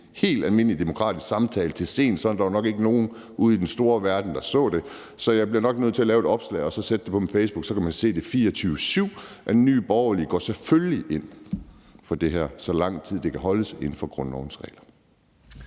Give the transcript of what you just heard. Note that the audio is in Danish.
helt almindelig demokratisk samtale til sent, sådan at der nok ikke var nogen ude i den store verden, der så det. Så jeg bliver nok nødt til at lave et opslag og sætte det på min Facebook, og så kan man se 24-7, at Nye Borgerlige selvfølgelig går ind for det her, så lang tid det kan holdes inden for grundlovens regler.